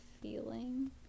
feeling